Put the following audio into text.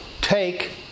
take